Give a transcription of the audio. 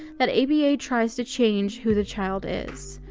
that aba tries to change who the child is.